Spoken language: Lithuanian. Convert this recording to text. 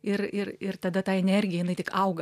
ir ir ir tada ta energija jinai tik auga